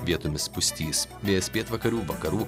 vietomis pustys vėjas pietvakarių vakarų